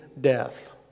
death